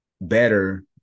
better